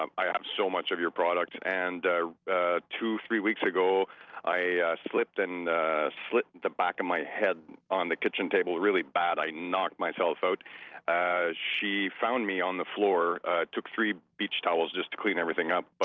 um i have so much of your product and two three weeks ago i slipped and slipped the back of my head on the kitchen table really bad. i knocked myself out she found me on the floor took three beach towels just to clean everything up. but